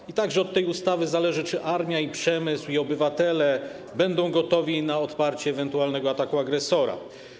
I także od tej ustawy zależy, czy armia, przemysł i obywatele będą gotowi na odparcie ewentualnego ataku agresora.